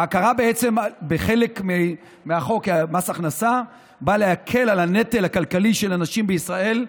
ההכרה בחלק מחוק מס הכנסה באה להקל את הנטל הכלכלי של הנשים בישראל,